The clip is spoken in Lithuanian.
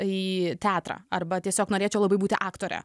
į teatrą arba tiesiog norėčiau labai būti aktore